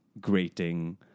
grating